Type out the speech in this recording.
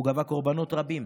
והוא גבה קורבנות רבים.